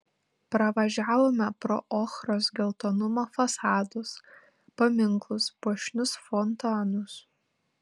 pravažiavome pro ochros geltonumo fasadus paminklus puošnius fontanus